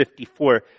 54